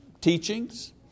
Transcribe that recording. teachings